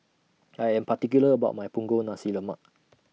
I Am particular about My Punggol Nasi Lemak